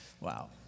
wow